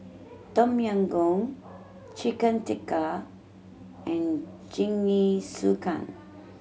Tom Yam Goong Chicken Tikka and Jingisukan